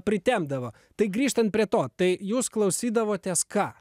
pritemdavo tai grįžtant prie to tai jūs klausydavotės ką